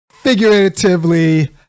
figuratively